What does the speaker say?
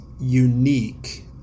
unique